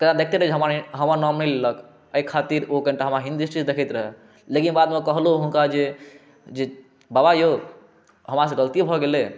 तऽ देखतै रहै जे हमर नाम नहि लेलक एहि खातिर ओ कनिटा हमरा हीन दृष्टिसे देखैत रहै लेकिन बादमे कहलहुँ हुनका जे बबा यौ हमरासँ गलती भऽ गेलै